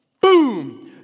Boom